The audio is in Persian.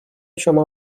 شما